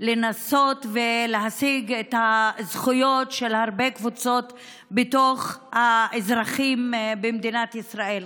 לנסות להשיג את הזכויות של הרבה קבוצות של אזרחים במדינת ישראל.